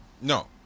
no